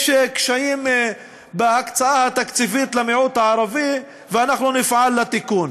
יש קשיים בהקצאה תקציבית למיעוט הערבי ואנחנו נפעל לתיקון.